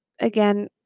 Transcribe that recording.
again